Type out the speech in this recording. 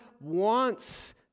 wants